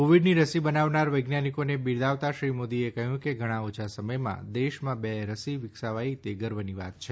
કોવિડની રસી બનાવનાર વૈજ્ઞાનિકોને બિરદાવતા શ્રી મોદીએ કહ્યું કે ઘણા ઓછા સમયમાં દેશમાં બે રસી વિકસાવાઇ તે ગર્વની વાત છે